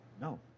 No